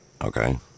okay